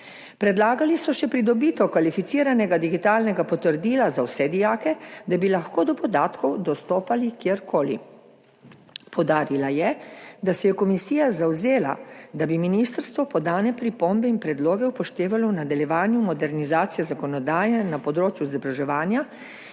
Predlagali so še pridobitev kvalificiranega digitalnega potrdila za vse dijake, da bi lahko do podatkov dostopali kjerkoli. Poudarila je, da se je komisija zavzela, da bi ministrstvo podane pripombe in predloge upoštevalo v nadaljevanju modernizacije zakonodaje na področju izobraževanja